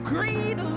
Greed